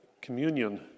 communion